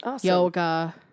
yoga